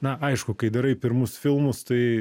na aišku kai darai pirmus filmus tai